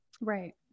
Right